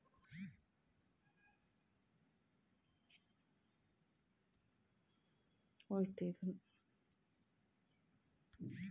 ಬೆಳೆಯೊಂದಿಗೆ ಕಳೆಯು ಸರ್ವೇಸಾಮಾನ್ಯವಾಗಿ ಬೆಳೆಯುತ್ತದೆ ಇದರಿಂದ ಇಳುವರಿ ಕಡಿಮೆಯಾಗುತ್ತದೆ